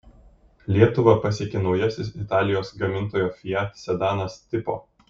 lietuvą pasiekė naujasis italijos gamintojo fiat sedanas tipo